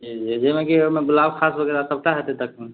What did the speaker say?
ई जे जेनाकि ओइमे गुलाबखास वगैरह सबटा हेतय तखन